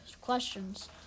questions